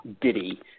ditty